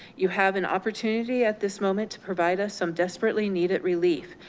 you have an opportunity at this moment to provide us some desperately needed relief.